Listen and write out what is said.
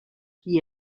qui